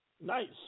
Nice